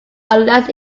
unless